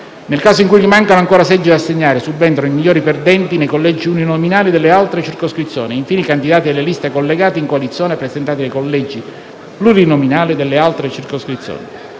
Nel caso in cui rimangano ancora seggi da assegnare, subentrano i migliori perdenti nei collegi uninominali delle altre circoscrizioni e, infine, i candidati delle liste collegate in coalizione presentati nei collegi plurinominali delle altre circoscrizioni.